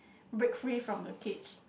break free from the cage